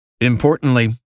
Importantly